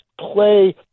play